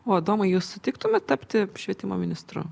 o tomai jūs sutiktumėt tapti švietimo ministru